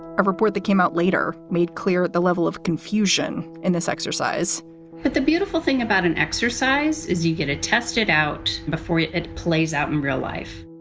a report that came out later made clear the level of confusion in this exercise but the beautiful thing about an exercise is you get to ah test it out before it it plays out in real life